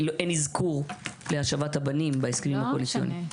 ואין אזכור להשבת הבנים בהסכמים הקואליציוניים.